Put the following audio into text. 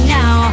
now